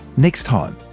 next time.